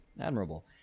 admirable